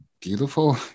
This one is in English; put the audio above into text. beautiful